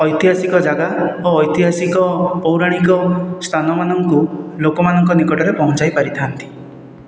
ଐତିହାସିକ ଯାଗା ଓ ଐତିହାସିକ ପୌରାଣିକ ସ୍ଥାନମାନଙ୍କୁ ଲୋକମାନଙ୍କ ନିକଟରେ ପହଞ୍ଚାଇ ପାରିଥାନ୍ତି